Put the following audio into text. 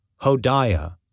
Hodiah